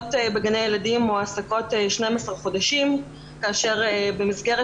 סייעות בגני הילדים מועסקות 12 חודשים כאשר במסגרת